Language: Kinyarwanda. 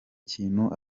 kintu